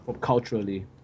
culturally